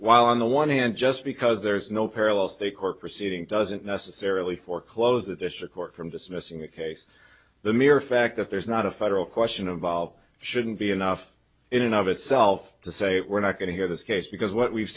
while on the one hand just because there is no parallel state court proceeding doesn't necessarily foreclose the district court from dismissing the case the mere fact that there's not a federal question of volved shouldn't be enough in and of itself to say we're not going to hear this case because what we've